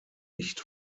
nicht